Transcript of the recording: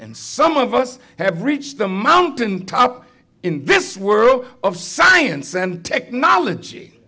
and some of us have reached the mountain top in this world of science and technology